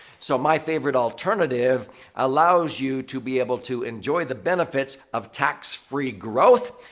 so, my favorite alternative allows you to be able to enjoy the benefits of tax-free growth,